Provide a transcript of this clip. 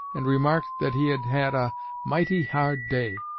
and remarked that he had had a mighty hard day